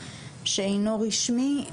שאינו רשמי,